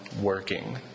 working